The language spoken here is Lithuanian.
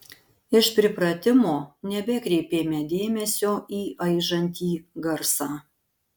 iš pripratimo nebekreipėme dėmesio į aižantį garsą